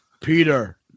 Peter